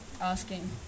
asking